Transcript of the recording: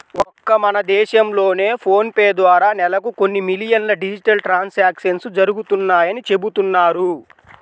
ఒక్క మన దేశంలోనే ఫోన్ పే ద్వారా నెలకు కొన్ని మిలియన్ల డిజిటల్ ట్రాన్సాక్షన్స్ జరుగుతున్నాయని చెబుతున్నారు